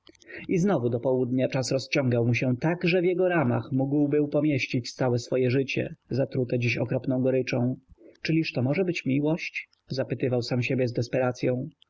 i znowu do południa czas rozciągał mu się tak że w jego ramach mógł był pomieścić całe swoje życie zatrute dziś okropną goryczą czyliż to może być miłość zapytywał sam siebie z